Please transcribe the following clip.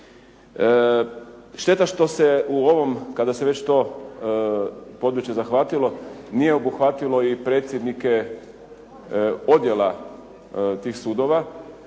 Šteta što se u ovom, kada se već to područje zahvatilo nije obuhvatilo i predsjednike odjela tih sudova